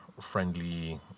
friendly